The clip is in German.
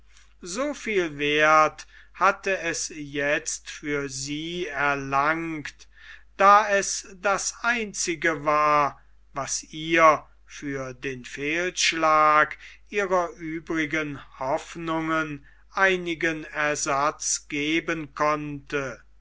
so viel werth hatte es jetzt für sie erlangt da es das einzige war was ihr für den fehlschlag ihrer übrigen hoffnungen einigen ersatz geben konnte